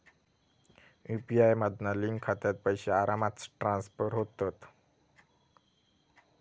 UPI मधना link खात्यात पैशे आरामात ट्रांसफर होतत